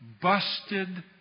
busted